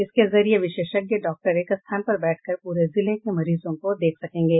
इसके जरिए विशेषज्ञ डॉक्टर एक स्थान पर बैठकर पूरे जिले के मरीजों को देख सकेंगे